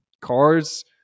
Cars